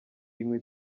inkwi